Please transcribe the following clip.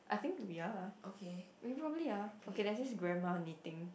I think we are we probably are okay there's this grandma knitting